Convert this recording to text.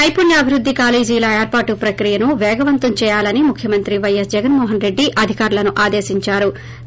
నైపుణ్యాభివృద్ధి కాలేజీల ఏర్పాటు ప్రక్రియను పేగవంతం చేయాలని ముఖ్యమంత్రి పైఎస్ జగన్మోహన్రెడ్డి అధికారులను ఆదేశించారు